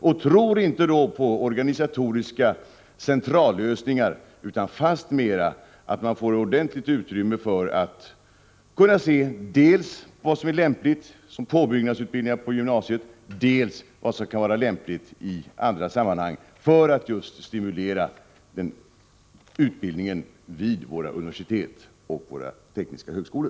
Vi tror inte på organisatoriska centrallösningar utan fastmer på att man får ordentligt utrymme för att kunna se dels vad som är lämpligt som påbyggnadsutbildningar på gymnasiet, dels vad som kan vara lämpligt i andra sammanhang för att just stimulera utbildningen vid våra universitet och tekniska högskolor.